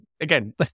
again